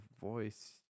voice